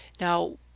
Now